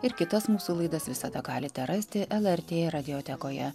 ir kitas mūsų laidas visada galite rasti lrt radiotekoje